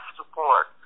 support